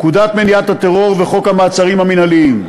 פקודת מניעת טרור וחוק המעצרים המינהליים.